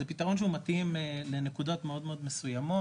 זה פתרון שהוא מתאים לנקודות מאוד מסויימות,